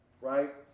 right